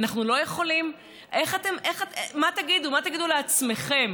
מה תגידו לעצמכם?